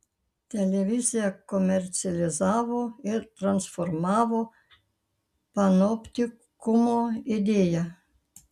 televizija komercializavo ir transformavo panoptikumo idėją